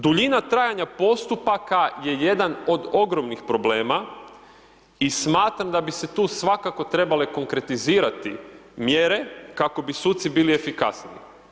Duljina trajanja postupaka je jedan od ogromnih problema i smatram da bi se tu svakako trebale konkretizirati mjere, kako bi suci bili efikasniji.